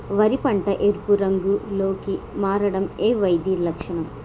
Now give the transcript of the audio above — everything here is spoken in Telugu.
వరి పంట ఎరుపు రంగు లో కి మారడం ఏ వ్యాధి లక్షణం?